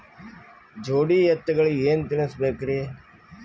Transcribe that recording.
ಜೋಡಿ ಎತ್ತಗಳಿಗಿ ಏನ ತಿನಸಬೇಕ್ರಿ?